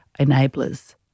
enablers